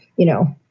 you know,